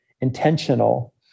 intentional